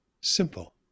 simple